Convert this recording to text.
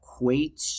equates